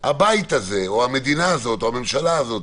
הבית הזה או המדינה הזאת או הממשלה הזאת,